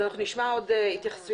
אז אנחנו נשמע עוד התייחסויות,